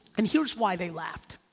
and here's why they laughed.